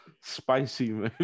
spicy